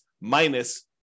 minus